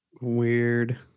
Weird